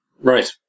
Right